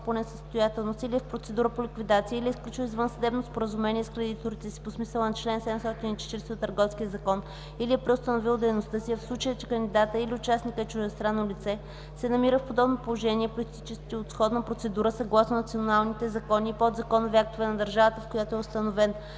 по несъстоятелност, или е в процедура по ликвидация, или е сключил извънсъдебно споразумение с кредиторите си по смисъла на чл. 740 от Търговския закон, или е преустановил дейността си, а в случай че кандидатът или участникът е чуждестранно лице – се намира в подобно положение, произтичащо от сходна процедура, съгласно националните закони и подзаконови актове на държавата, в която е установен;